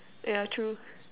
yeah true